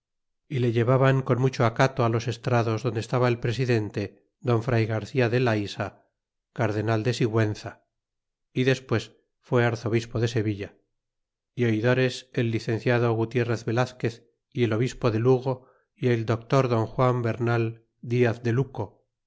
y le llevaban con mucho acato á los estrados donde estaba el presidente don fray garcia de laysa cardenal de sigüenza y despues fué arzobispo de sevilla y oidores el licenciado gutierrez velazquez y el obispo de lugo y el doctor don juan bernal diaz de luco